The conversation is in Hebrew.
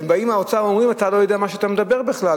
ובאים מהאוצר ואומרים: אתה לא יודע מה שאתה מדבר בכלל,